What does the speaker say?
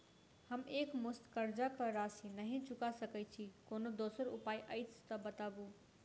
हम एकमुस्त कर्जा कऽ राशि नहि चुका सकय छी, कोनो दोसर उपाय अछि तऽ बताबु?